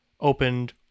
opened